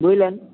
বুঝলেন